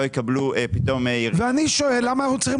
יקבלו פתאום ירידה --- ואני שואל למה אנחנו צריכים